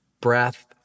breath